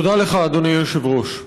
תודה לך, אדוני היושב-ראש,